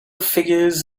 figures